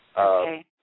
Okay